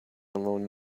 alone